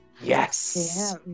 Yes